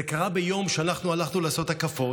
זה קרה ביום שאנחנו הלכנו לעשות הקפות,